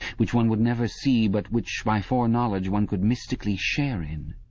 which one would never see, but which, by foreknowledge, one could mystically share in.